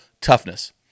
toughness